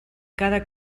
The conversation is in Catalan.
cada